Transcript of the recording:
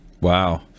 Wow